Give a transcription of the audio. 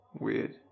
Weird